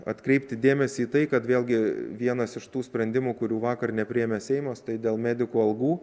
atkreipti dėmesį į tai kad vėlgi vienas iš tų sprendimų kurių vakar nepriėmė seimas tai dėl medikų algų